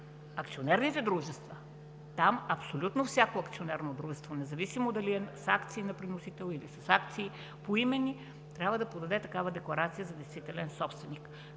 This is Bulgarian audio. акционерните дружества, там абсолютно всяко акционерно дружество, независимо дали е с акции на приносител или с поименни акции, трябва да подаде такава декларация за действителен собственик,